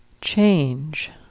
change